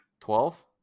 Twelve